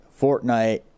Fortnite